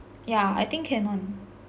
yeah I think can [one]